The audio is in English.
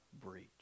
breach